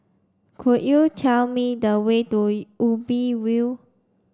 could you tell me the way to Ubi View